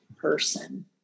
person